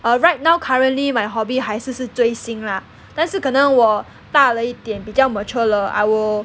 err right now currently my hobby 还是是追星 lah 但是可能我大了一点比较 mature 了 I will